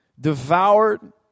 devoured